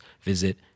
visit